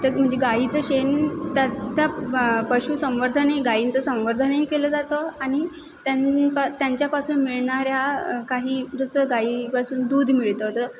तर म्हणजे गाईचं शेण त्यास त्या पशुसंवर्धन गाईंचं संवर्धनही केलं जातं आणि त्यान् त्यांच्यापासून मिळणाऱ्या काही जसं गाईपासून दूध मिळतं तर